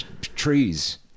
trees